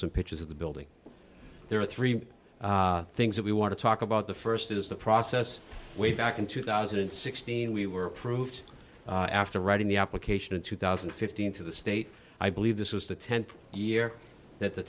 some pictures of the building there are three things that we want to talk about the st is the process way back in two thousand and sixteen we were approved after writing the application in two thousand and fifteen to the state i believe this was the th year that the